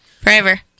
Forever